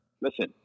listen